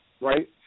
right